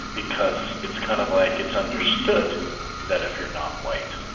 because it's kind of like it's understood that if you're not white,